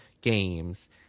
games